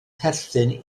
perthyn